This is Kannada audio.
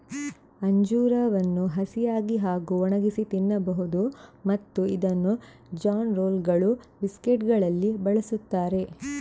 ಅಂಜೂರವನ್ನು ಹಸಿಯಾಗಿ ಹಾಗೂ ಒಣಗಿಸಿ ತಿನ್ನಬಹುದು ಮತ್ತು ಇದನ್ನು ಜಾನ್ ರೋಲ್ಗಳು, ಬಿಸ್ಕೆಟುಗಳಲ್ಲಿ ಬಳಸುತ್ತಾರೆ